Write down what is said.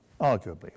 arguably